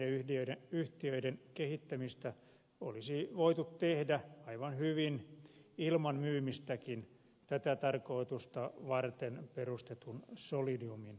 näiden yhtiöiden kehittämistä olisi voitu tehdä aivan hyvin ilman myymistäkin tätä tarkoitusta varten perustetun solidiumin avulla